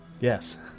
Yes